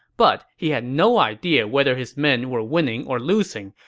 but he had no idea whether his men were winning or losing.